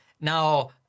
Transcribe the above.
Now